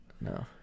No